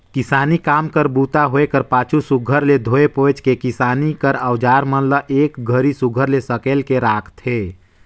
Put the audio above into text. किसानी कर काम बूता होए कर पाछू सुग्घर ले धोए पोएछ के किसानी कर अउजार मन ल एक घरी सुघर ले सकेल के राखथे